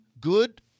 good